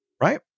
right